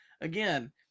again